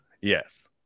Yes